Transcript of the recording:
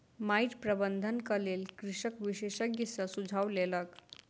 माइट प्रबंधनक लेल कृषक विशेषज्ञ सॅ सुझाव लेलक